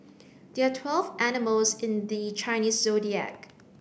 there are twelve animals in the Chinese Zodiac